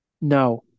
No